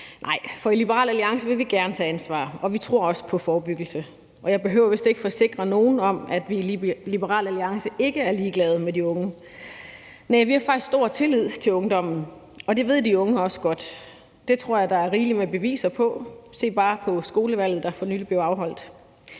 Nej, for i Liberal Alliance vil vi gerne tage ansvar, og vi tror også på forebyggelse. Jeg behøver vist ikke forsikre nogen om, at vi i Liberal Alliance ikke er ligeglade med de unge. Vi har faktisk stor tillid til ungdommen, og det ved de unge også godt. Det tror jeg der er rigeligt med beviser på. Se bare på skolevalget, der for nylig blev afholdt.